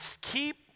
keep